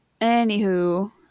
anywho